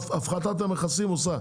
הפחתת המכסים עושה.